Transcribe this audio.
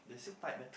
they say type eh